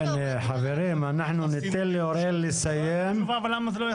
קודם כל לעשות הפרדה.